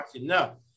No